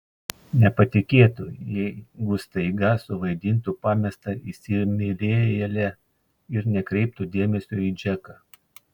nepatikėtų jeigu staiga suvaidintų pamestą įsimylėjėlę ir nekreiptų dėmesio į džeką